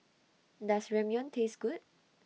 Does Ramyeon Taste Good